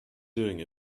doing